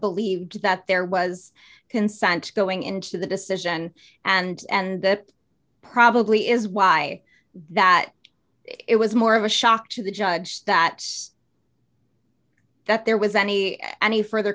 believed that there was consent going into the decision and and that probably is why that it was more of a shock to the judge that that there was any any further